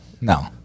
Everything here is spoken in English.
No